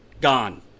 Gone